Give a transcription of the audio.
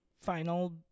final